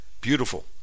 beautiful